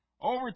over